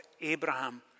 Abraham